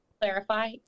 clarify